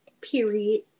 Period